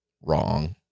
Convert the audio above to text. wrong